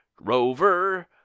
Rover